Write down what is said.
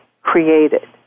created